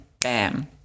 Bam